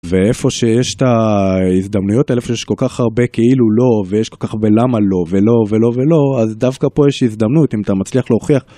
ואיפה שיש את ההזדמנויות האלה איפה שיש כל כך הרבה כאילו לא ויש כל כך הרבה למה לא ולא ולא ולא אז דווקא פה יש הזדמנות אם אתה מצליח להוכיח.